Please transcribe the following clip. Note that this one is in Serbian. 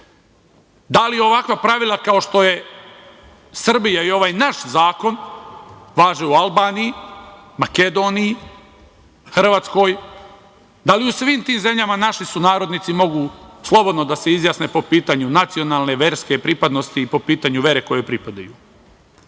Da li ovakva pravila kao što je u Srbiji i ovaj naš zakon važe u Albaniji, Makedoniji, Hrvatskoj? Da li u svim tim zemljama naši sunarodnici mogu slobodno da se izjasne po pitanju nacionalne i verske pripadnosti i po pitanju vere kojoj pripadaju?